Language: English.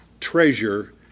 treasure